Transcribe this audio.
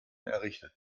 errichtet